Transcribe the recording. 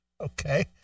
Okay